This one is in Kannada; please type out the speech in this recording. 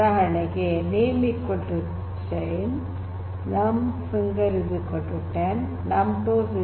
name "Jane" num fingers 10 num toes 10